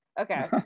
okay